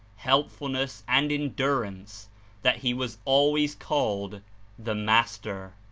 helpfulness and endurance that he was always called the master.